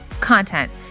content